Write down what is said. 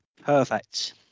Perfect